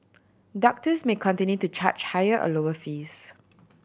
doctors may continue to charge higher or lower fees